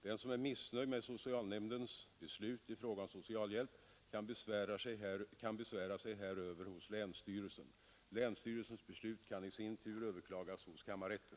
Den som är missnöjd med socialnämndens beslut i fråga om socialhjälp kan besvära sig häröver hos länsstyrelsen. Länsstyrelsens beslut kan i sin tur överklagas hos kammarrätten.